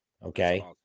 Okay